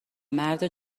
مرد